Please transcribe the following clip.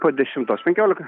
po dešimtos penkiolika